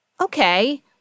okay